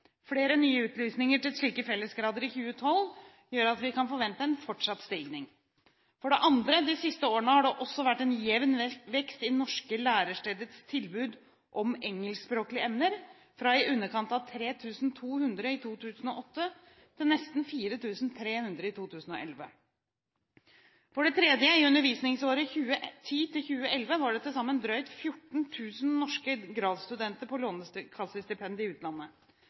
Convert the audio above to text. Flere nye utlysninger til slike fellesgrader i 2012 gjør at vi kan forvente en fortsatt stigning. For det andre: De siste årene har det også vært en jevn vekst i norske læresteders tilbud om engelskspråklige emner, fra i underkant av 3 200 i 2008 til nesten 4 300 i 2011. For det tredje: I undervisningsåret 2010–2011 var det til sammen drøyt 14 000 norske gradsstudenter på lånekassestipend i utlandet.